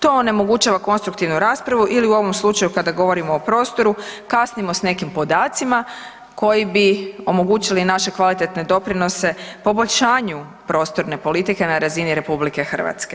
To onemogućava konstruktivnu raspravu ili, u ovom slučaju, kad govorimo o prostoru, kasnimo s nekim podacima koji bi omogućili naše kvalitetne doprinose poboljšanju prostorne politike na razini RH.